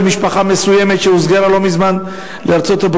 של משפחה מסוימת שהוסגרה לא מזמן לארצות-הברית,